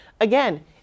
again